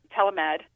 telemed